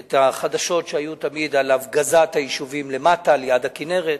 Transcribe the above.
את החדשות על הפגזת היישובים למטה, ליד הכינרת.